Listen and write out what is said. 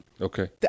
Okay